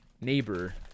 neighbor